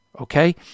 okay